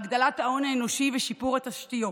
הגדלת ההון האנושי ושיפור התשתיות.